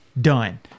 done